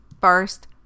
first